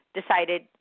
decided